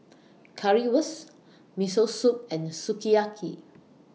Currywurst Miso Soup and Sukiyaki